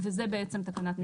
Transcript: וזה בעצם תקנת משנה.